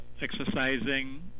exercising